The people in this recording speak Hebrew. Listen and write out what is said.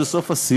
ואז, בסוף הסיור,